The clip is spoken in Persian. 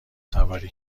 سواری